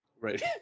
Right